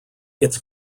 its